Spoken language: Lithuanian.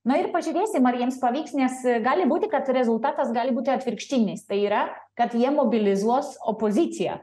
na ir pažiūrėsim ar jiems pavyks nes gali būti kad rezultatas gali būti atvirkštinis tai yra kad jie mobilizuos opoziciją